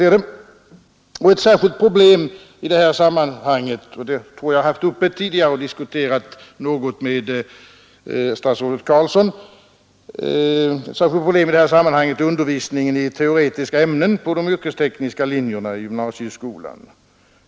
Ett särskilt problem i det sammanhanget, som jag tror jag tidigare haft uppe och något diskuterat med statsrådet Carlsson, är undervisningen i teoretiska ämnen på de yrkestekniska linjerna i gymnasieskolan.